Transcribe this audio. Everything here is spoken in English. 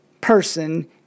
person